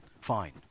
Fine